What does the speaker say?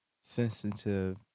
sensitive